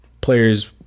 players